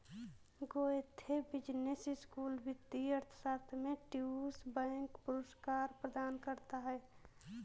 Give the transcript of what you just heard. Goethe business school वित्तीय अर्थशास्त्र में ड्यूश बैंक पुरस्कार प्रदान करता है